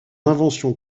invention